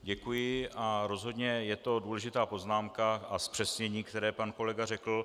Děkuji a rozhodně je to důležitá poznámka a zpřesnění, které pan kolega řekl.